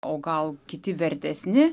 o gal kiti vertesni